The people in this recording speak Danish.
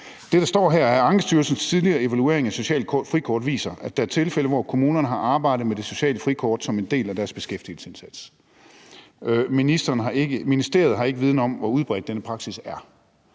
Det, der står her, er: Ankestyrelsens tidligere evaluering af socialt frikort viser, at der er tilfælde, hvor kommunerne har arbejdet med det sociale frikort som en del af deres beskæftigelsesindsats. Ministeriet har ikke viden om, hvor udbredt denne praksis er.